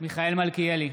מיכאל מלכיאלי,